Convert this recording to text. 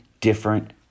different